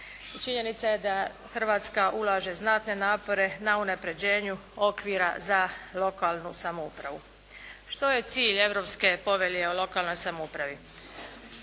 Činjenica je da Hrvatska ulaže znatne napore na unapređenju okvira za lokalnu samoupravu. Što je cilj Europske povelje o lokalnoj samoupravi?